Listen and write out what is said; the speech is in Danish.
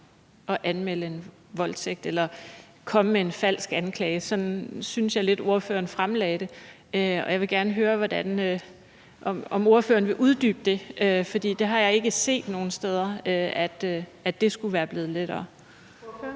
at anmelde en voldtægt eller komme med en falsk anklage. Sådan syntes jeg lidt at ordføreren fremlagde det, og jeg vil gerne høre, om ordføreren vil uddybe det, for det har jeg ikke set nogen steder, altså at det skulle være blevet lettere. Kl.